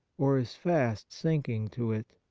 or is fast sinking to it.